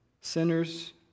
sinners